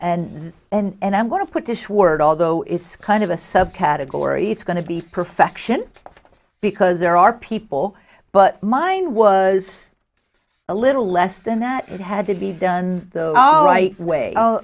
and i'm going to put this word although it's kind of a subcategory it's going to be perfection because there are people but mine was a little less than that it had to be done the oh right way oh